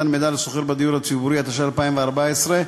5). יציג אותה יושב-ראש ועדת הכלכלה